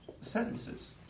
sentences